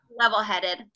level-headed